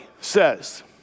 says